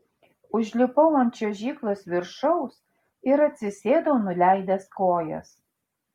užlipau ant čiuožyklos viršaus ir atsisėdau nuleidęs kojas